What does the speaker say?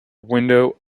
window